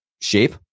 shape